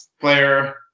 player